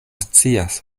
scias